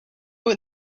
what